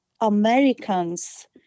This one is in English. Americans